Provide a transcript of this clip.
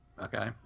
okay